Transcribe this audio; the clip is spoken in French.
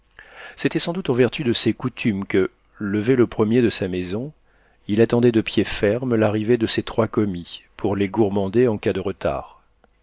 c'était sans doute en vertu de ces coutumes que levé le premier de sa maison il attendait de pied ferme l'arrivée de ses trois commis pour les gourmander en cas de retard